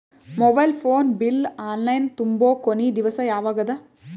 Mobile phone bill online ತುಂಬೊ ಕೊನಿ ದಿವಸ ಯಾವಗದ?